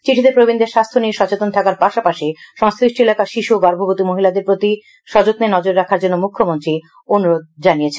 চিঠিতে প্রবীনদের স্বাস্থ্য নিয়ে সচেতন থাকার পাশাপাশি সংশ্লিষ্ট এলাকার শিশু ও গর্ভবতী মহিলাদের প্রতি স্বয়ন্নে নজর রাখার জন্য মুখ্যমন্ত্রী অনুরোধ জানিয়েছেন